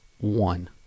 one